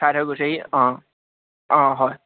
চাই থৈ গৈছেহি অঁ অঁ হয়